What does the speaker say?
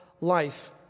life